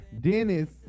Dennis